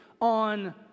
on